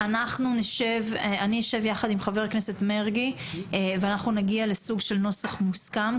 אני אשב יחד עם חבר הכנסת מרגי ואנחנו נגיע לסוג של נוסח מוסכם.